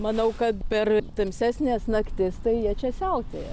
manau kad per tamsesnes naktis tai jie čia siautėja